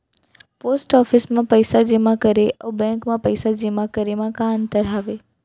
post office मा पइसा जेमा करे अऊ बैंक मा पइसा जेमा करे मा का अंतर हावे